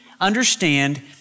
understand